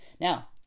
Now